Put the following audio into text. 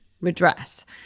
redress